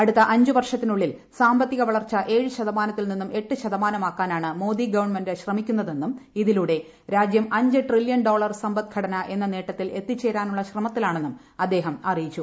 അടുത്ത അഞ്ച് വർഷത്തിനുള്ളിൽ സാമ്പത്തിക വളർച്ച ഏഴ് ശതമാനത്തിൽ നിന്നും എട്ട് ശതമാനമാക്കാനാണ് മോദി ഗവൺമെന്റ് ശ്രമിക്കുന്നതെന്നും ഇതിലൂടെ രാജ്യം അഞ്ച് ട്രില്യൺ ഡോളർ സമ്പദ് ഘടന എന്ന നേട്ടത്തിൽ എത്തിച്ചേരാനുള്ള ശ്രമത്തിലാണെന്നും അദ്ദേഹം അറിയിച്ചു